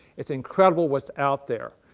its incredible whats out there.